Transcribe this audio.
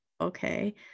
okay